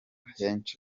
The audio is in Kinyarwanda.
henshi